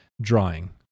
drawing